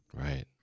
right